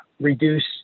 reduce